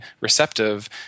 receptive